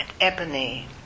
ebony